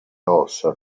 ossa